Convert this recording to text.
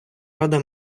рада